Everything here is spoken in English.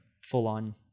full-on